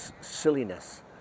silliness